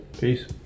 peace